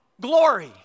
glory